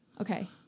Okay